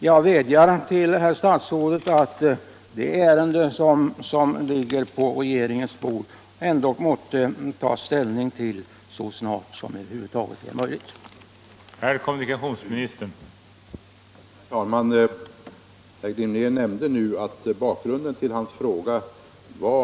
Jag vädjar till herr statsrådet att man ändå så snart det över huvud taget är möjligt tar ställning till det ärende som jag berört i min fråga och som ligger på regeringens bord.